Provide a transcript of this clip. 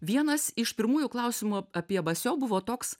vienas iš pirmųjų klausimų apie basio buvo toks